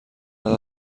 عدد